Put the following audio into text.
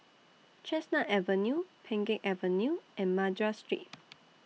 Chestnut Avenue Pheng Geck Avenue and Madras Street